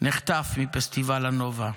נחטף מפסטיבל הנובה.